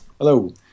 Hello